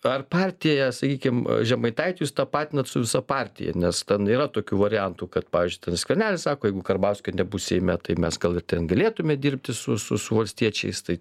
ar partija sakykim žemaitaitį jūs tapatinat su visa partija nes ten yra tokių variantų kad pavyzdžiui ten skvernelis sako jeigu karbauskio nebus seime tai mes gal ir ten galėtume dirbti su su su valstiečiais tai